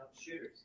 Shooters